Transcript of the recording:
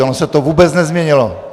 Ono se to vůbec nezměnilo!